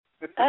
good